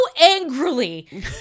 angrily